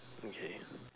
okay